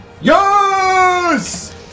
Yes